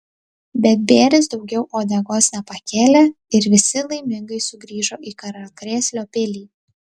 bet bėris daugiau uodegos nepakėlė ir visi laimingai sugrįžo į karalkrėslio pilį